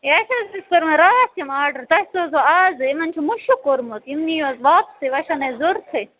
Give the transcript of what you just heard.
ہے اَسہِ حظ ٲسۍ کٔرمٕتۍ راتھ تِم آڈر تۄہہِ سوٗزوُ اَز یِمَن چھِ مُشُک کوٚرمُت یِم نِیِو حظ واپسٕے وۄنۍ چھَنہٕ اَسہِ ضوٚرتھٕے